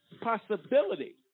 possibility